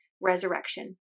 resurrection